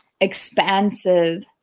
expansive